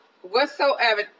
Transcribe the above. whatsoever